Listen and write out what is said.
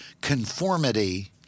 conformity